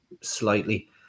slightly